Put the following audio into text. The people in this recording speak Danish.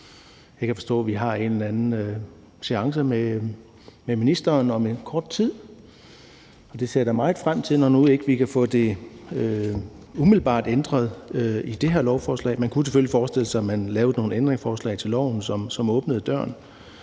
Jeg kan forstå, at vi har en eller anden seance med ministeren om kort tid, og det ser jeg da meget frem til, når vi nu ikke umiddelbart kan få det ændret i det her lovforslag. Man kunne selvfølgelig forestille sig, at man lavede nogle ændringsforslag til loven, som åbnede døren.